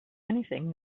anything